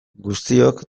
guztiok